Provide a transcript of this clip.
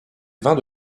vins